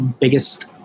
biggest